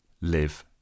live